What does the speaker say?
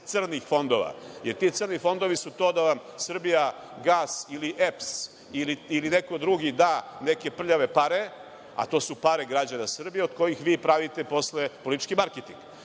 crnih fondova. Jer ti crni fondovi su to da vam „Srbijagas“ ili EPS ili neko drugi da neke prljave pare, a to su pare građana Srbije, od kojih vi pravite posle politički marketing.